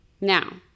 Now